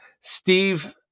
Steve